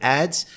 ads